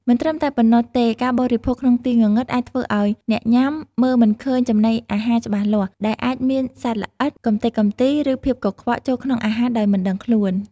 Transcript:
មិនត្រឹមតែប៉ុណ្ណោះទេការបរិភោគក្នុងទីងងឹតអាចធ្វើឲ្យអ្នកញ៉ាំមើលមិនឃើញចំណីអាហារច្បាស់លាស់ ដែលអាចមាន សត្វល្អិត កំទេចកំទី ឬ ភាពកខ្វក់ ចូលក្នុងអាហារដោយមិនដឹងខ្លួន ។